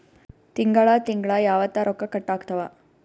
ತಿಂಗಳ ತಿಂಗ್ಳ ಯಾವತ್ತ ರೊಕ್ಕ ಕಟ್ ಆಗ್ತಾವ?